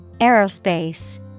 Aerospace